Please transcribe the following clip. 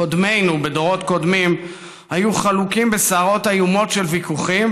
קודמינו בדורות קודמים היו חלוקים בסערות איומות של ויכוחים,